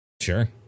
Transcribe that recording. Sure